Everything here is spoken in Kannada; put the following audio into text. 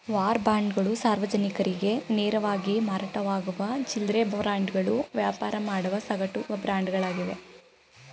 ವಾರ್ ಬಾಂಡ್ಗಳು ಸಾರ್ವಜನಿಕರಿಗೆ ನೇರವಾಗಿ ಮಾರಾಟವಾಗುವ ಚಿಲ್ಲ್ರೆ ಬಾಂಡ್ಗಳು ವ್ಯಾಪಾರ ಮಾಡುವ ಸಗಟು ಬಾಂಡ್ಗಳಾಗಿವೆ